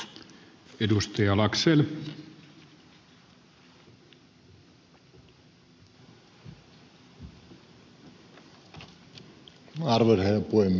arvoisa herra puhemies